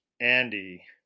Andy